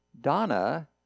Donna